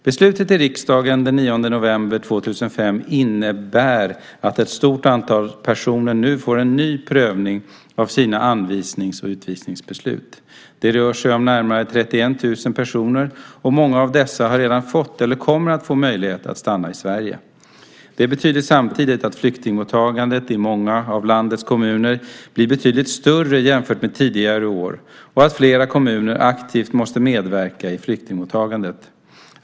Beslutet i riksdagen den 9 november 2005 innebär att ett stort antal personer nu får en ny prövning av sina avvisnings och utvisningsbeslut. Det rör sig om närmare 31 000 personer och många av dessa har redan fått eller kommer att få möjlighet att stanna i Sverige. Det betyder samtidigt att flyktingmottagandet i många av landets kommuner blir betydligt större jämfört med tidigare år och att fler kommuner aktivt måste medverka i flyktingmottagandet.